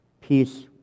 peace